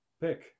pick